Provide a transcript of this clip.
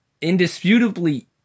Indisputably